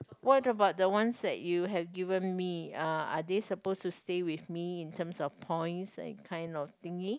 what about the ones that you have given me uh are they suppose to stay with me in terms of points that kind of thingy